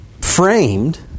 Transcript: framed